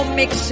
mix